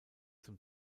zum